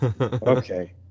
Okay